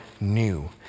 new